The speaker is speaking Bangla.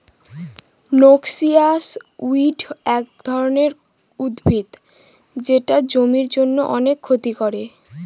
নক্সিয়াস উইড এক ধরনের উদ্ভিদ যেটা জমির জন্য অনেক ক্ষতি করে